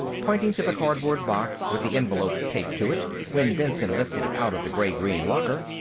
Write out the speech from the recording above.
pointing to the cardboard box with the envelope taped to it, when benson lifted it out of the gray-green locker.